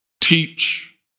teach